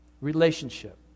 Relationship